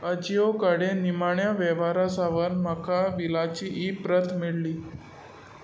अजियो कडेन निमाण्या वेव्हारा सावन म्हाका बिलाची ई प्रत मेळ्ळी